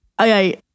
okay